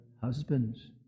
husbands